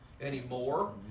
anymore